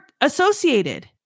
associated